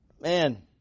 Man